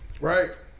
Right